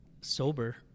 sober